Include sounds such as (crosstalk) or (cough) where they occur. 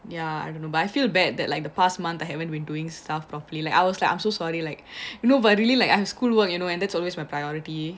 ya and but I feel bad that like the past month that I haven't been doing stuff properly like (breath) no but really like I'm school work you know and that's always my priority